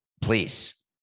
Please